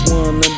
one